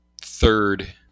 Third